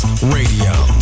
Radio